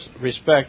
respect